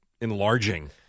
enlarging